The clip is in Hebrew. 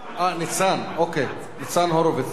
אוקיי, ניצן הורוביץ, בבקשה, אדוני.